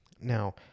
Now